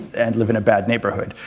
and live in a bad neighbourhood.